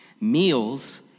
Meals